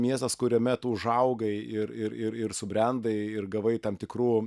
miestas kuriame tu užaugai ir ir ir ir subrendai ir gavai tam tikrų